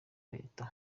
leta